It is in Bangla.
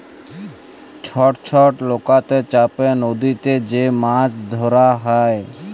ছট ছট লকাতে চাপে লদীতে যে মাছ ধরা হ্যয়